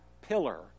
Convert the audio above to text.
pillar